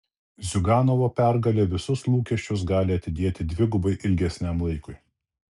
ziuganovo pergalė visus lūkesčius gali atidėti dvigubai ilgesniam laikui